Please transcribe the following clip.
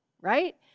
right